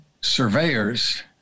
surveyors